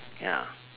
ya